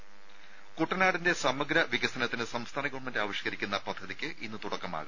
രുമ കുട്ടനാടിന്റെ സമഗ്ര വികസനത്തിന് സംസ്ഥാന ഗവൺമെന്റ് ആവിഷ്കരിക്കുന്ന പദ്ധതിയ്ക്ക് ഇന്ന് തുടക്കമാവും